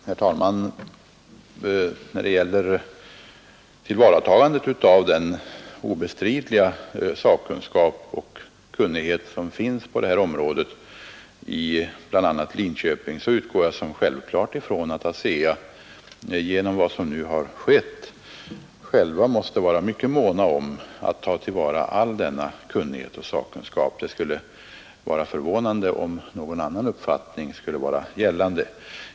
Herr talman! När det gäller tillvaratagandet av den obestridliga sakkunskap och kunnighet som finns på detta område, bl.a. i Linköping, utgår jag från som självklart att man på ASEA genom vad som skett kommer att vara mycket mån om att ta till vara denna kunnighet och sakkunskap. Det skulle förvåna mig mycket om så inte vore fallet.